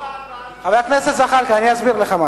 חבר הכנסת זחאלקה, אני אסביר לך משהו.